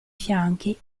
fianchi